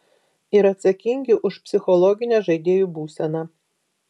ir atsakingi už psichologinę žaidėjų būseną